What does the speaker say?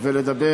ולדבר